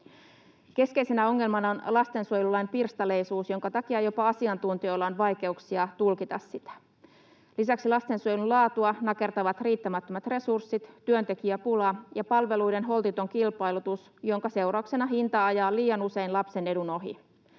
Keskeisenä ongelmana on lastensuojelulain pirstaleisuus, jonka takia jopa asiantuntijoilla on vaikeuksia tulkita sitä. Lisäksi lastensuojelun laatua nakertavat riittämättömät resurssit, työntekijäpula ja palveluiden holtiton kilpailutus, jonka seurauksena hinta ajaa liian usein lapsen edun ohi.